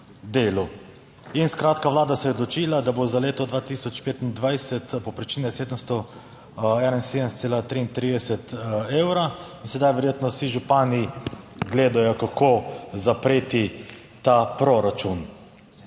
Skratka, Vlada se je odločila, da bo za leto 2025 povprečnina 771,33 evra. In sedaj verjetno vsi župani gledajo, kako zapreti ta proračun.